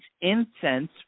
incense